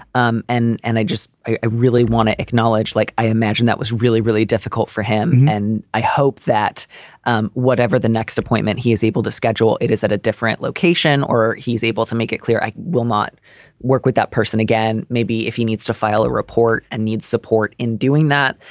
um and and i just i really want to acknowledge, like, i imagine that was really, really difficult for him. and i hope that um whatever the next appointment he is able to schedule, it is at a different location or he's able to make it clear i will not work with that person again. maybe if he needs to file a report and needs support in doing that,